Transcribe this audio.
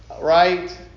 right